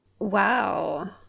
Wow